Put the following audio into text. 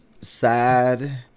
sad